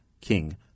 King